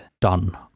done